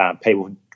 people